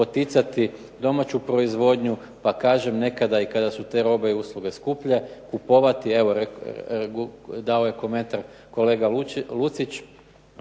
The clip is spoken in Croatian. poticati domaću proizvodnju, pa kažem nekada i kada su te robe i usluge skuplje dao je komentar kolega LUcić,